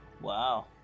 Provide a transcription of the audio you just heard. Wow